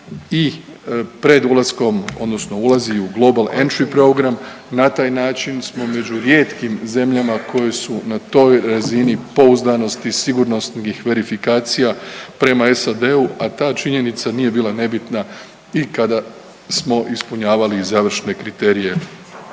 i pred ulaskom odnosno ulazi u Global Entry program, na taj način smo među rijetkim zemljama koje su na toj razini pouzdanosti, sigurnosnih verifikacija prema SAD-u, a ta činjenica nije bila nebitna i kada smo ispunjavali završne kriterije